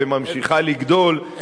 וממשיכה לגדול,